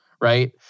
right